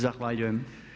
Zahvaljujem.